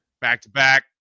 back-to-back